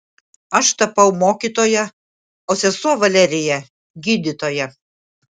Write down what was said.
aš tapau mokytoja o sesuo valerija gydytoja